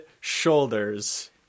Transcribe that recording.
shoulders